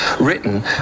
written